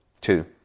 two